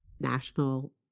National